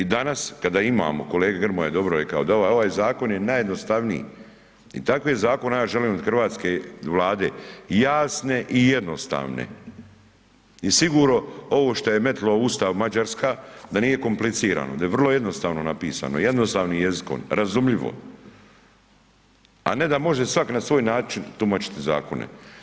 I danas kada imamo, kolega Grmoja je dobro rekao, da je ovaj, ovaj Zakon najjednostavniji, i takve Zakone ja želim od hrvatske Vlade, jasne i jednostavne, i sigurno ovo šta je metnulo u Ustav Mađarska da nije komplicirano, da je vrlo jednostavno napisano, jednostavnim jezikom, razumljivo, a ne da može sva'k' na svoj način tumačiti zakone.